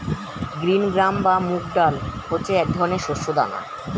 green gram বা মুগ ডাল হচ্ছে এক ধরনের শস্য দানা